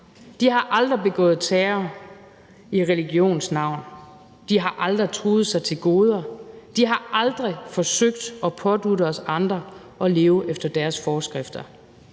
De har aldrig begået terror i religionens navn. De har aldrig truet sig til goder. De har aldrig forsøgt at pådutte os andre at leve efter deres forskrifter.